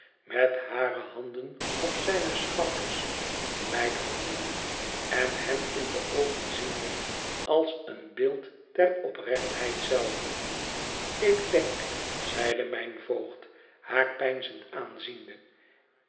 met hare handen op zijne schouders beide handen nu en hem in de oogen ziende als een beeld der oprechtheid zelve ik denk zeide mijn voogd haar peinzend aanziende